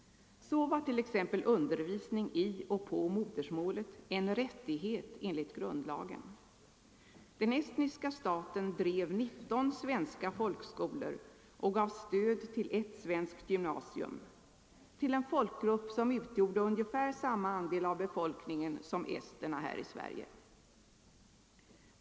Så var t.ex. undervisning i och på modersmålet en rättighet enligt grundlagen. Den estniska staten drev 19 svenska folkskolor och gav stöd till ett svenskt gymnasium, detta för en folkgrupp som utgjorde ungefär samma andel av befolkningen som esterna gör här i Sverige.